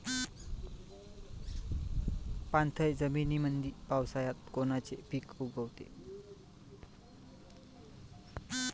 पाणथळ जमीनीमंदी पावसाळ्यात कोनचे पिक उगवते?